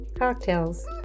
Cocktails